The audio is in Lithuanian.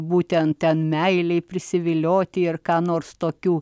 būtent ten meilei prisivilioti ir ką nors tokių